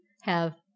Have